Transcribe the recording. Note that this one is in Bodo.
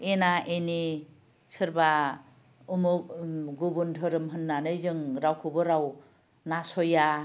एना एनि सोरबा उमुख गुबुन धोरोम होननानै जों रावखौबो राव नासया